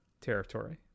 territory